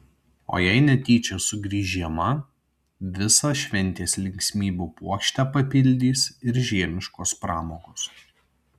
o jei netyčia sugrįš žiema visą šventės linksmybių puokštę papildys ir žiemiškos pramogos